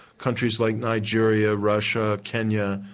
countries like nigeria, russia, kenya,